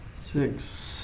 Six